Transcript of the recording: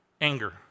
Anger